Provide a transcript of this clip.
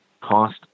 cost